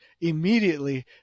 immediately